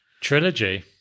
Trilogy